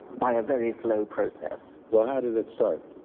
by a very slow process. well, how did it start?